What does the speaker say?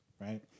right